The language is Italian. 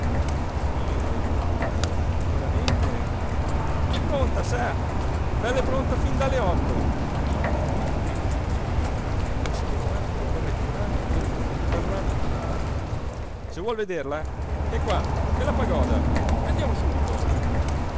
io no veramente è pronta sa bell'e pronta fin dalle otto e cosí dicendo gli si fece avanti col berretto in mano e la fronte imperlata di sudore se vuol vederla è qua nella pagoda andiamo subito